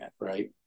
Right